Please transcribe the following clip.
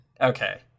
Okay